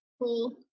Cool